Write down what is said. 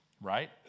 Right